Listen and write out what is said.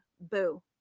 Boo